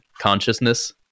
consciousness